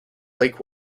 lake